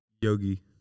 Yogi